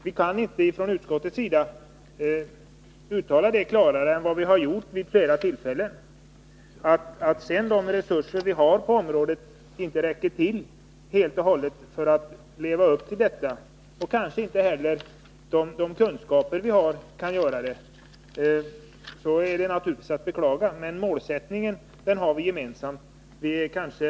Vi kan från utskottets sida inte uttala det klarare än vi vid flera tillfällen gjort. Att sedan de resurser vi har på området inte helt och Nr 133 hållet räcker till för att leva upp till detta, och kanske inte heller de kunskaper Onsdagen den vi har gör det, är naturligtvis att beklaga. Men målsättningen har varit 2g april 1982 gemensam.